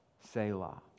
Selah